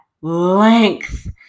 length